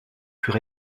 plus